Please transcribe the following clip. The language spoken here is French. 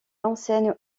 enseigne